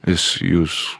jis jus